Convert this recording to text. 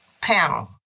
panel